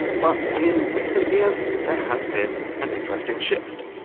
but in recent years, there has been an interesting shift.